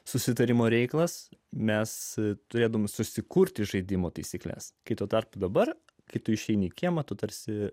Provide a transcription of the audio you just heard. susitarimo reikalas mes turėdavome susikurti žaidimo taisykles kai tuo tarpu dabar kai tu išeini į kiemą tu tarsi